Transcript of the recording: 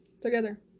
Together